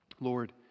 Lord